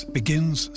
begins